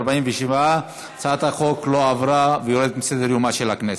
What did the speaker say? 47. הצעת החוק לא עברה והיא יורדת מסדר-יומה של הכנסת.